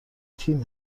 تیم